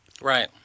Right